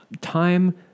time